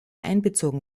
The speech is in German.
einbezogen